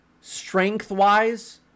strength-wise